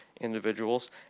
individuals